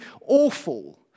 awful